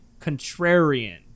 contrarian